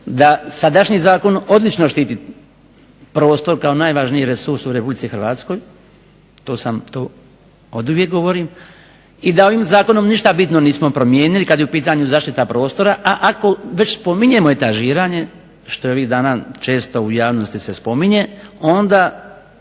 da sadašnji zakon odlično štiti prostor kao najvažniji resurs u RH. To oduvijek govorim. I da ovim zakonom ništa bitno nismo promijenili kada je u pitanju zaštita prostora, a ako već spominjemo etažiranje što je ovih dana često u javnosti se spominje, onda